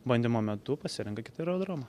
bandymo metu pasirenka kitą aerodromą